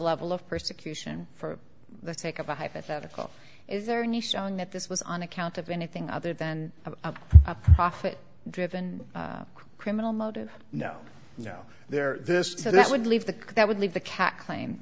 level of persecution for the sake of a hypothetical is there any showing that this was on account of anything other than a profit driven criminal motive no no there this is so that would leave the that would leave the cat cla